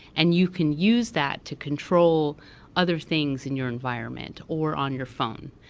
and you can use that to control other things in your environment, or on your phone.